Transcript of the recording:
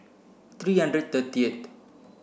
three hundred thirtieth